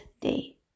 day